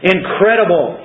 Incredible